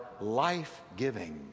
life-giving